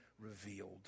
Revealed